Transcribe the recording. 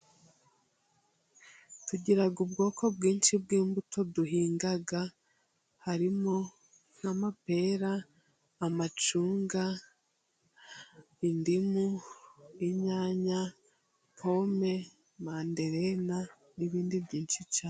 Tugira ubwoko bwinshi bw'imbuto duhinga harimo nk'amapera, amacunga, indimu, inyanya, pome ,manderena, n'ibindi byinshi cyane.